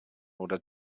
oder